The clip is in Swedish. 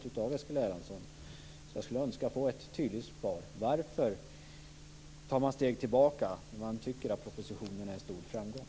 Jag önskar därför ett tydligt svar när det gäller detta med att ta steg tillbaka och att samtidigt tycka att propositionen är en stor framgång?